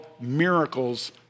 miracles